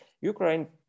Ukraine